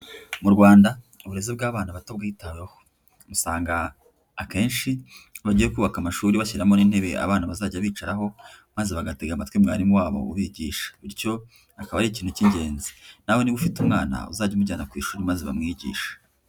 Mu Rwanda uburezi bw'abana bato bwitaweho. Usanga akenshi, iyo bagiye kubaka amashuri bashyiramo n'intebe abana bazajya bicaraho, maze bagatega amatwi mwarimu wabo ubigisha. Bityo, akaba ari ikintu cy'ingenzi; nawe niba ufite umwana, uzajye umujyana ku ishuri maze bamwigishe.